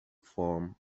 form